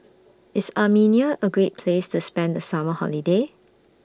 IS Armenia A Great Place to spend The Summer Holiday